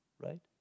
right